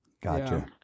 gotcha